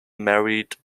married